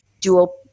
dual